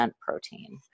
protein